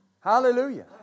Hallelujah